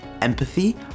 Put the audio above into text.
empathy